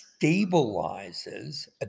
stabilizes